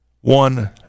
one